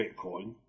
bitcoin